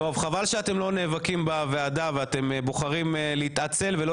חבל שאתם לא נאבקים בוועדה ואתם בוחרים להתעצל ולא